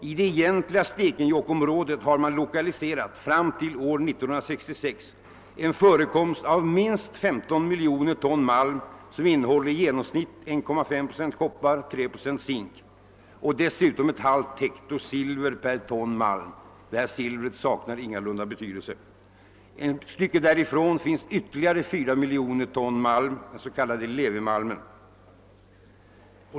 I det egentliga Stekenjokkområdet har man fram till år 1966 lokaliserat en malmförekomst på minst 15 miljoner ton, som i genomsnitt innehåller 1,5 procent koppar, 3 procent zink och dessutom 0,5 hg silver per ton malm . Ett stycke därifrån finns ytterligare 4 miljoner ton malm, den s.k. Levimalmen.